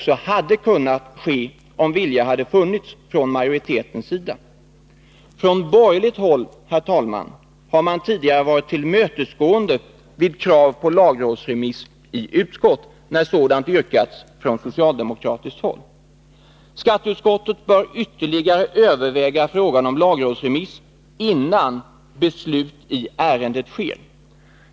Så hade kunnat ske, om viljan hade funnits från majoritetens sida. Från borgerligt håll har man tidigare varit tillmötesgående vid krav på lagrådsremiss i utskott, när sådant yrkats från socialdemokratiskt håll. Skatteutskottet bör ytterligare överväga frågan om lagrådsremiss innan beslut i ärendet sker.